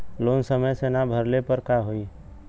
Loan समय से ना भरले पर का होयी?